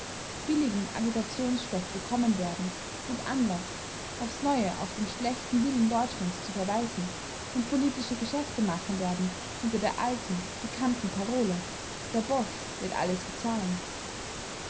billigen agitationsstoff bekommen werden und anlaß aufs neue auf den schlechten willen deutschlands zu verweisen und politische geschäfte machen werden unter der alten bekannten parole der boche wird alles bezahlen